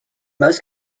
most